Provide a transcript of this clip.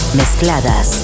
mezcladas